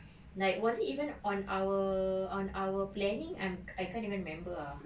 like was it even on our on our planning I'm I can't even remember ah